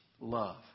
love